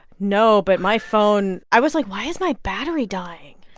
no, but my phone i was like, why is my battery dying?